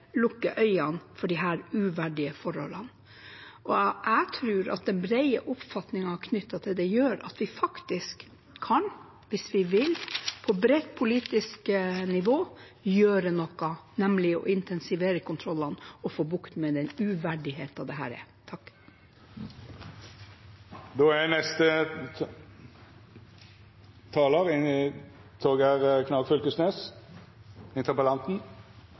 lukke øynene for disse uverdige forholdene. Jeg tror den brede oppfatningen om dette gjør at vi faktisk kan, hvis vi vil gjøre noe, på bredt politisk nivå, nemlig å intensivere kontrollene og få bukt med den uverdigheten dette er. Eg vil takke for ein god diskusjon og gode innlegg. Eg tenkjer at det er